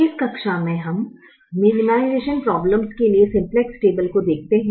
इस कक्षा में हम मिनिमाइज़ेशन प्रॉब्लम्स के लिए सिम्पलेक्स टेबल को देखते है